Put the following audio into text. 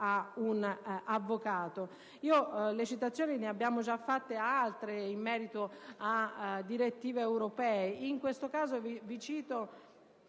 un avvocato. Di citazioni ne abbiamo già fatte altre in merito a direttive europee. In questo caso, cito